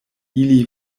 ili